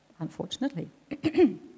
unfortunately